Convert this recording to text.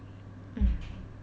mm